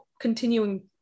continuing